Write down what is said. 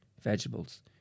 vegetables